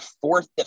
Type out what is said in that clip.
fourth